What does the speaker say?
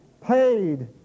paid